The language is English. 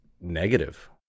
negative